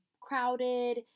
crowded